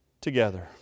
together